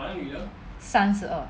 三十二